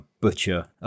butcher